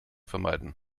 vermeiden